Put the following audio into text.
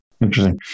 Interesting